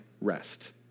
rest